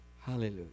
Hallelujah